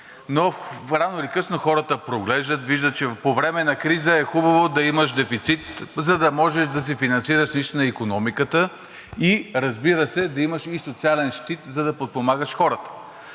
но рано или късно хората проглеждат, виждат, че по време на криза е хубаво да имаш дефицит, за да можеш да си финансираш лично икономиката и разбира се, да имаш и социален щит, за да подпомагаш хората.